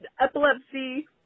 epilepsy